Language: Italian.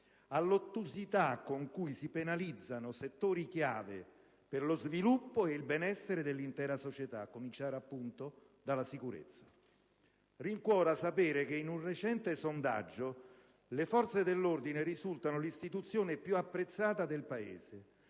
all'ottusità con cui si penalizzano settori chiave per lo sviluppo ed il benessere dell'intera società, a cominciare - appunto - dal comparto sicurezza. Rincuora sapere che in un recente sondaggio le forze dell'ordine risultano l'istituzione più apprezzata nel Paese: